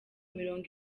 mirongo